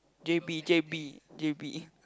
J_B J_B J_B